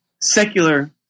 secular